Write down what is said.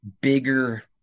bigger